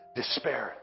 despair